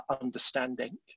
understanding